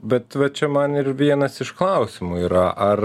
bet va čia man ir vienas iš klausimų yra ar